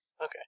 Okay